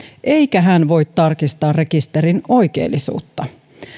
eikä hän voi tarkistaa rekisterin oikeellisuutta